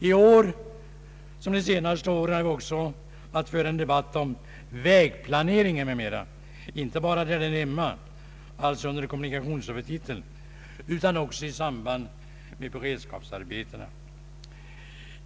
I år, liksom de senaste åren, har vi också att föra en debatt om vägplaneringen m.m. inte bara där den hör hemma — under kommunikationshuvudtiteln — utan också i samband med beredskapsarbetena.